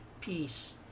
peace